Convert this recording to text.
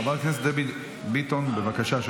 חברת הכנסת דבי ביטון, בבקשה.